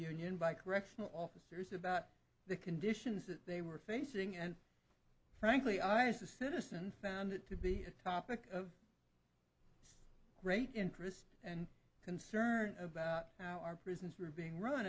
union by correctional officers about the conditions that they were facing and frankly i as a citizen found it to be a topic of great interest and concern about how our prisons were being run